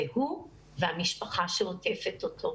זה הוא והמשפחה שעוטפת אותו.